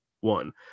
one